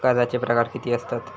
कर्जाचे प्रकार कीती असतत?